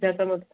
జత మొత్